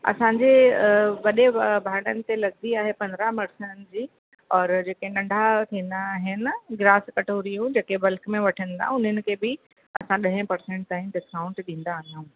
असांजे वॾे भांडनि ते लॻंदी आहे पंद्रहं परसेंट जी औरि जेके नंढा थींदा आहिनि गिलास कटोरियूं जेके बल्क में वठंदा उन्हनि ते बि असां ॾह परसेंट ताईं डिस्काउंट ॾींदा आहियूं